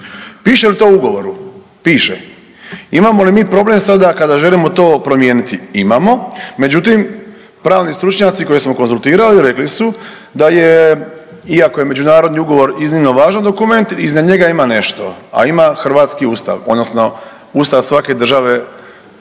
Piše li to u ugovoru? Piše. Imamo li mi problem sada kada želimo to promijeniti? Imamo. Međutim, pravni stručnjaci koje smo konzultirali rekli su da je iako je međunarodni ugovor iznimno važan dokument iza njega ima nešto, a ima hrvatski Ustav odnosno ustav svake države ponaosob.